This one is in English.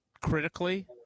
critically